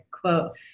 quote